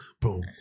Boom